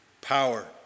power